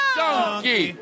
donkey